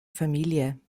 familie